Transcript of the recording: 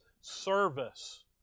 service